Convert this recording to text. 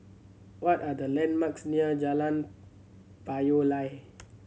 what are the landmarks near Jalan Payoh Lai